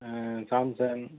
Samsung